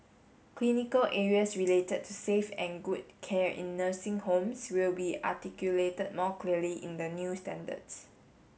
clinical areas related to safe and good care in nursing homes will be articulated more clearly in the new standards